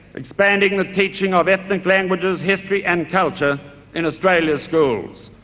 expanding the teaching of ethnic languages, history and culture in australia's schools.